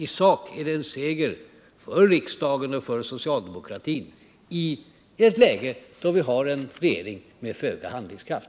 I sak är det en seger för riksdagen och för socialdemokratin i ett läge då vi har en regering med föga handlingskraft.